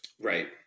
Right